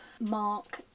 Mark